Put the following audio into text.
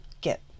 get